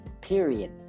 period